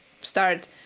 start